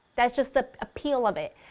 that's just the appeal of it.